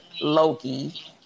Loki